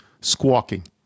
squawking